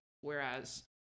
Whereas